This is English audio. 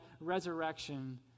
resurrection